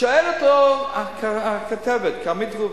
שואלת אותו הכתבת כרמית ראובן: